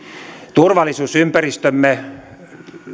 turvallisuusympäristömme